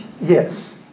Yes